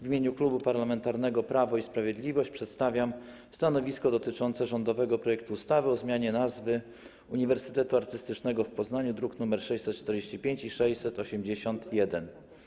W imieniu Klubu Parlamentarnego Prawo i Sprawiedliwość przedstawiam stanowisko dotyczące rządowego projektu ustawy o zmianie nazwy Uniwersytetu Artystycznego w Poznaniu, druki nr 645 i 681.